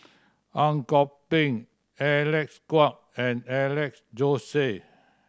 Ang Kok Peng Alec Kuok and Alex Josey